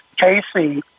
KC